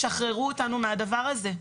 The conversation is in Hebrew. שחררו אותנו מדבר הזה.